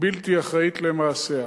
בלתי אחראית למעשיה.